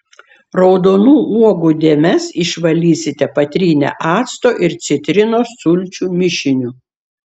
raudonų uogų dėmes išvalysite patrynę acto ir citrinos sulčių mišiniu